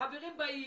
החברים באים,